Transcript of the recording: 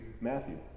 Matthew